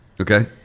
Okay